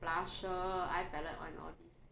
blusher eye palette and all these